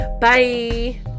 Bye